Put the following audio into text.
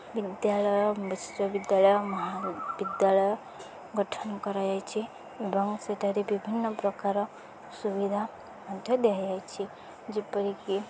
ବିଦ୍ୟାଳୟ ବିଶ୍ୱବିଦ୍ୟାଳୟ ମହାବିଦ୍ୟାଳୟ ଗଠନ କରାଯାଇଛି ଏବଂ ସେଠାରେ ବିଭିନ୍ନପ୍ରକାର ସୁବିଧା ମଧ୍ୟ ଦିଆଯାଇଛି ଯେପରିକି